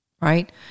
right